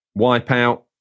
Wipeout